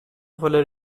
voilà